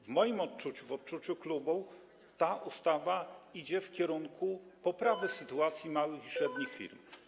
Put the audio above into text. W moim odczuciu, w odczuciu klubu ta ustawa idzie w kierunku poprawy sytuacji małych i średnich firm.